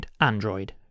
Android